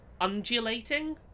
undulating